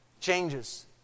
changes